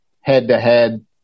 head-to-head